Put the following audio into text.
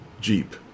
Jeep